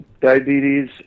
diabetes